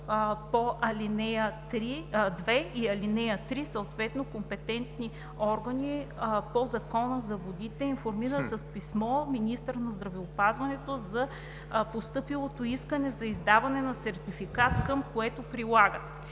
по ал. 2 или 3 съответните компетентни органи по Закона за водите информират с писмо министъра на здравеопазването за постъпилото искане за издаване на сертификат, към което прилагат: